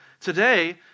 today